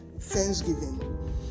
Thanksgiving